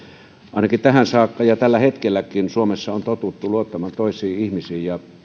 ainakin tähän saakka ja tällä hetkelläkin suomessa on totuttu luottamaan toisiin ihmisiin ja